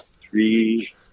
three